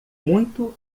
muito